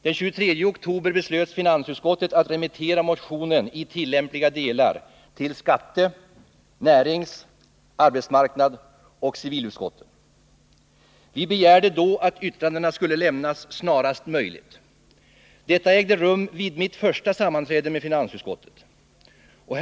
Den 23 oktober beslöt finansutskottet att remittera motionen i tillämpliga delar till skatte-, närings-, arbetsmarknadsoch civilutskotten. Vi begärde då att yttrandena skulle lämnas snarast möjligt. Detta ägde rum vid det första sammanträdet med finansutskottet då jag fungerade som ordförande.